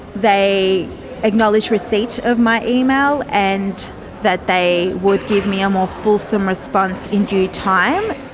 they acknowledge receipt of my email and that they would give me a more fulsome response in due time.